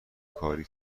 کاری